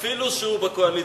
אפילו שהוא בקואליציה.